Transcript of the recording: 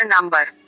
number